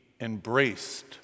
embraced